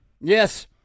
Yes